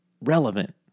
relevant